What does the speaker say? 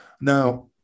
Now